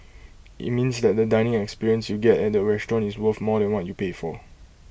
IT means that the dining experience you get at the restaurant is worth more than what you pay for